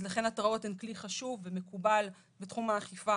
לכן התראות הן כלי חשוב ומקובל בתחום האכיפה.